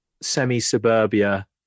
semi-suburbia